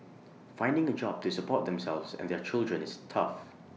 finding A job to support themselves and their children is tough